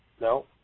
No